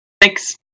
Thanks